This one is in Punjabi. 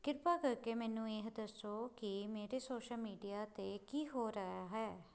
ਕਿਰਪਾ ਕਰਕੇ ਮੈਨੂੰ ਦੱਸੋ ਕਿ ਮੇਰੇ ਸੋਸ਼ਲ ਮੀਡੀਆ 'ਤੇ ਕੀ ਹੋ ਰਿਹਾ ਹੈ